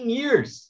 years